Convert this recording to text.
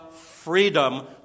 freedom